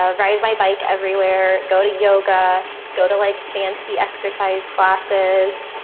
ah ride my bike everywhere. go to yoga go to like fancy exercise classes.